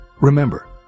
Remember